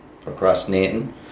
procrastinating